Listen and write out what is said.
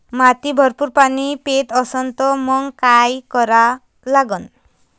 माती भरपूर पाणी पेत असन तर मंग काय करा लागन?